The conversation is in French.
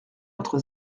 entre